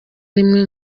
rimwe